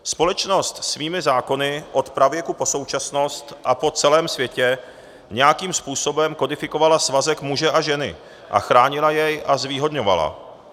Společnost svými zákony od pravěku po současnost a po celém světě nějakým způsobem kodifikovala svazek muže a ženy a chránila jej a zvýhodňovala.